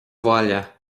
bhaile